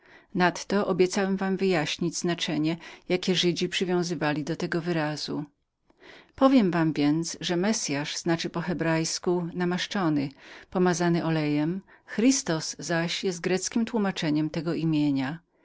nadto obiecałem uwiadomić was o ukrytem znaczeniu jakie żydzi przywiązywali do tego wyrazu powiem wam więc że messyasz znaczy po hebrajsku namaszczony pomazany olejem christos zaś jest greckiem tłumaczeniem tego nazwiska